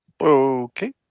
Okay